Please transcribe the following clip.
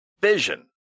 vision